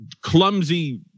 clumsy